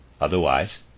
Otherwise